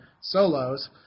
solos